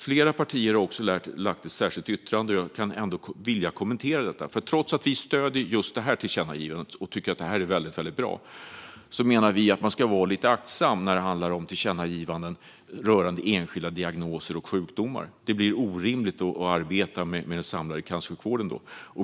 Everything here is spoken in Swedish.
Flera partier har också lagt ett särskilt yttrande, och det vill jag ändå kommentera. Trots att vi stöder just detta tillkännagivande och tycker att det här är väldigt bra menar vi nämligen att man ska vara lite aktsam när det handlar om tillkännagivanden rörande enskilda diagnoser och sjukdomar, annars blir det orimligt att arbeta med den samlade cancersjukvården.